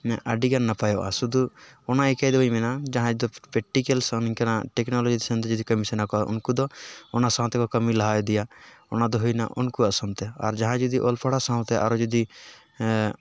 ᱚᱱᱟ ᱟᱹᱰᱤ ᱜᱟᱱ ᱱᱟᱯᱟᱭᱚᱜᱼᱟ ᱥᱩᱫᱩ ᱚᱱᱟ ᱟᱹᱭᱠᱟᱹᱣ ᱟᱹᱭᱞᱟᱹᱣ ᱫᱚ ᱵᱟᱹᱧ ᱢᱮᱱᱟ ᱡᱟᱦᱟᱸᱭ ᱫᱚ ᱯᱮᱠᱴᱤᱞ ᱥᱮᱱ ᱥᱮ ᱚᱱᱠᱟᱱᱟᱜ ᱴᱮᱠᱱᱳᱞᱚᱡᱤ ᱥᱮᱱᱛᱮ ᱡᱩᱫᱤ ᱠᱟᱹᱢᱤ ᱥᱟᱱᱟ ᱠᱚᱣᱟ ᱩᱱᱠᱩ ᱫᱚ ᱚᱱᱟ ᱥᱟᱶᱛᱮ ᱠᱚ ᱠᱟᱹᱢᱤ ᱞᱟᱦᱟ ᱤᱫᱤᱭᱟ ᱚᱱᱟ ᱫᱚ ᱦᱩᱭ ᱮᱱᱟ ᱩᱱᱠᱩᱣᱟᱜ ᱥᱚᱢᱛᱮ ᱟᱨ ᱡᱟᱦᱟᱸᱭ ᱡᱩᱫᱤ ᱚᱞ ᱯᱟᱲᱦᱟᱣ ᱥᱟᱶᱛᱮ ᱟᱨᱚ ᱡᱩᱫᱤ